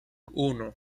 uno